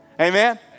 Amen